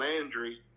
Landry